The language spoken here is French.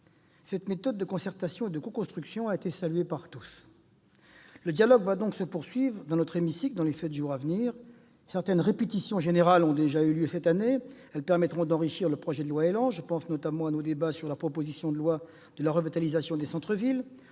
Cette méthode de concertation et de coconstruction a été saluée par tous. Le dialogue va donc se poursuivre dans notre hémicycle pendant les sept jours à venir. Certaines répétitions générales ont déjà eu lieu cette année. Elles permettront d'enrichir le projet de loi ÉLAN. Je pense notamment à nos débats consacrés à la proposition de loi portant pacte national de revitalisation des centres-villes